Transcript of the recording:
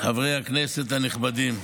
חברי הכנסת הנכבדים,